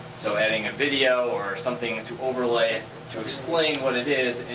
so adding a video or something to overlay to explain what it is.